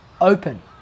open